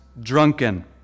drunken